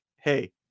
hey